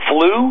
Flu